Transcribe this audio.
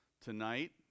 tonight